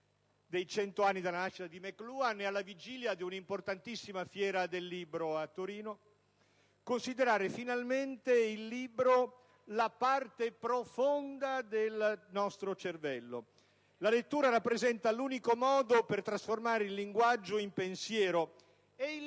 del centenario della nascita di Mc Luhan, e alla vigilia di una importantissima Fiera del libro a Torino, dobbiamo considerare finalmente il libro la parte profonda del nostro cervello. La lettura rappresenta l'unico modo per trasformare il linguaggio in pensiero ed il